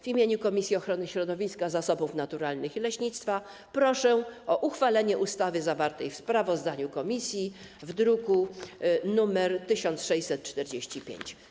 W imieniu Komisji Ochrony Środowiska, Zasobów Naturalnych i Leśnictwa proszę o uchwalenie projektu ustawy zawartego w sprawozdaniu komisji z druku nr 1645.